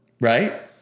right